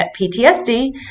PTSD